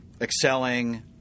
excelling